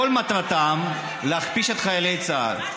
כל מטרתם להכפיש את חיילי צה"ל.